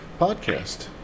podcast